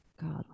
God